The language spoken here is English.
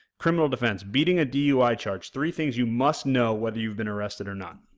criminal defense, beating a dui charge three things you must know whether you've been arrested or not.